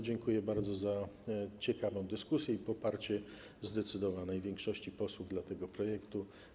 Dziękuję bardzo za ciekawą dyskusję i poparcie zdecydowanej większości posłów dla tego projektu.